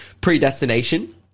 predestination